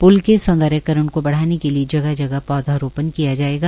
प्ल के सौन्दर्यकरण को बढ़ाने के लिए जगह जगह पौधारोपण किया जायेगा